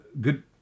good